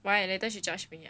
why you later she judge me ah